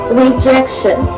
rejection